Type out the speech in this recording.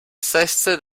stesse